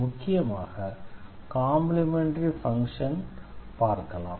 முக்கியமாக complementary function பற்றி பார்க்கலாம்